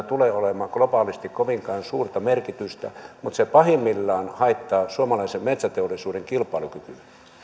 tulee olemaan globaalisti kovinkaan suurta merkitystä mutta se pahimmillaan haittaa suomalaisen metsäteollisuuden kilpailukykyä